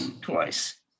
twice